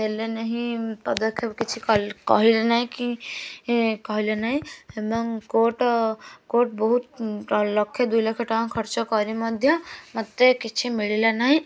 ନେଲେ ନାହିଁ ପଦକ୍ଷେପ କିଛି କହିଲେ ନାହିଁ କି କହିଲେ ନାହିଁ ଏବଂ କୋର୍ଟ୍ କୋର୍ଟ୍ ବହୁତ ଲକ୍ଷେ ଦୁଇଲକ୍ଷ ଖର୍ଚ୍ଚ କରି ମଧ୍ୟ ମତେ କିଛି ମିଳିଲା ନାହିଁ